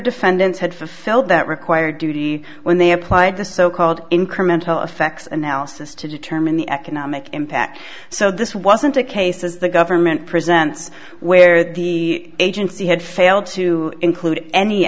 defendants had fulfilled that required duty when they applied the so called incremental effects and houses to determine the economic impact so this wasn't a case as the government presents where the agency had failed to include any